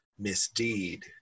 misdeed